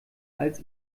als